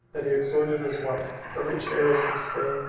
that he exhorted his wife, a rich heiress of spain,